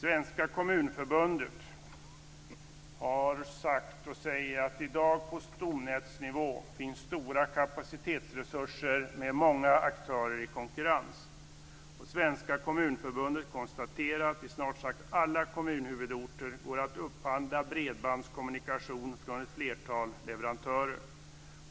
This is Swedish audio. Svenska Kommunförbundet säger att det i dag på stomnätsnivå finns stora kapacitetsresurser med många aktörer i konkurrens. Svenska Kommunförbundet konstaterar att det i snart sagt alla kommunhuvudorter går att upphandla bredbandskommunikation från ett flertal leverantörer.